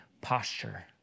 posture